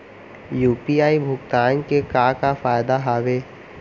UPI भुगतान के का का फायदा हावे?